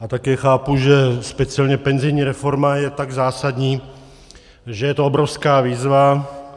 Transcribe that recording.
A také chápu, že speciálně penzijní reforma je tak zásadní, že je to obrovská výzva.